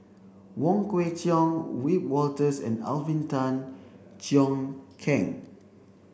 Wong Kwei Cheong Wiebe Wolters and Alvin Tan Cheong Kheng